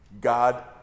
god